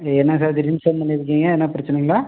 என்ன சார் திடீர்னு ஃபோன் பண்ணிருக்கீங்க எதனால் பிரச்சினைங்களா